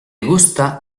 gusta